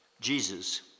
Jesus